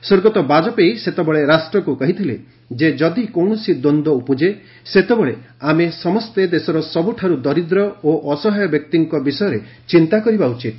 ସ୍ୱର୍ଗତ ବାଜଣେପୟୀ ସେତେବେଳେ ରାଷ୍ଟ୍ରକୁ କହିଥିଲେ ଯେ ଯଦି କୌଣସି ଦ୍ୱନ୍ଦ ଉପୁଜେ ସେତେବେଳେ ଆମେ ସମସ୍ତେ ଦେଶର ସବୁଠାରୁ ଦରିଦ୍ର ଓ ଅସହାୟ ବ୍ୟକ୍ତିଙ୍କ ବିଷୟରେ ଚିନ୍ତା କରିବା ଉଚିତ